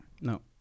no